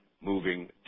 moving